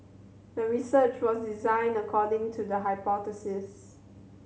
the research was designed according to the hypothesis